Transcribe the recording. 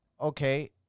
okay